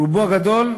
ברובו הגדול,